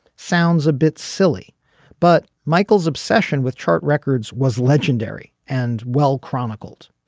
sounds a bit silly but michael's obsession with chart records was legendary and well chronicled.